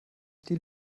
die